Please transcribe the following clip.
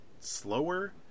slower